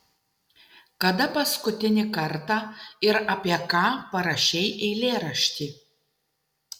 kada paskutinį kartą ir apie ką parašei eilėraštį